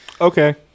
Okay